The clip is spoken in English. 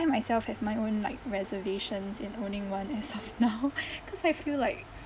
me myself have my own like reservations in owning one as of now cause I feel like